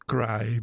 Cry